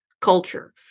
culture